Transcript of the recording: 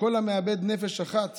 שכל המאבד נפש אחת